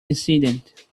incident